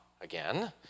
again